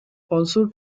also